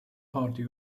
party